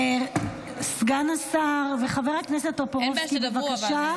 סגן השר וחבר הכנסת טופורובסקי, בבקשה.